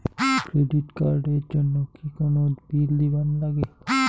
Credit card এর জন্যে কি কোনো বিল দিবার লাগে?